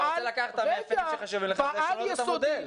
אתה רוצה לקחת את המאפיינים שלך ולשנות את המודל.